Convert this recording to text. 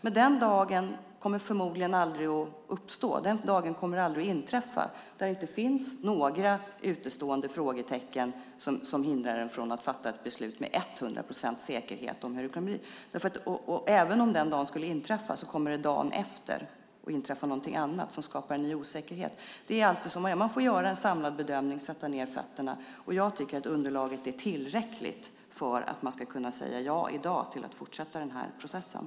Men den dagen kommer förmodligen aldrig då det inte finns några utestående frågetecken som hindrar en från att fatta ett beslut med 100 procents säkerhet med tanke på hur det kan bli. Även om den dagen kom skulle det dagen efter inträffa någonting som skapar en ny osäkerhet. Det är alltid så. Man får göra en samlad bedömning och sätta ned foten. Jag tycker att underlaget är tillräckligt för att i dag kunna säga ja till att fortsätta den här processen.